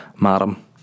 madam